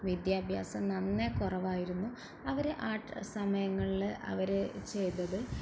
വിദ്യാഭ്യാസം നന്നേ കുറവായിരുന്നു അവർ ആ സമയങ്ങളിൽ അവർ ചെയ്തത്